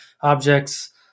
objects